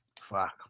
Fuck